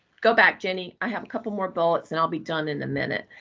go back, jenny. i have a couple more bullets and i'll be done in a minute.